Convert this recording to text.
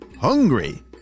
Hungry